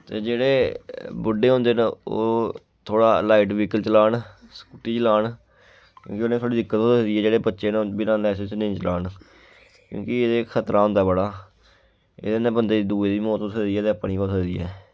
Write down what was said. ते जेह्ड़े बुड्ढे होंदे न ओह् थोह्ड़ा लाइट व्हीकल चलान स्कूटी चलान क्योंकि उ'नें थोह्ड़ी दिक्कत होई सकदी ऐ जेह्ड़े बच्चे न बिना लाइसैंस नेईं चलान क्योंकि एह्दे खतरा होंदा बड़ा एह्दे कन्नै बंदे दी दूए दी मौत होई सकदी ऐ ते अपनी बी होई सकदी ऐ